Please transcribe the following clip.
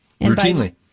routinely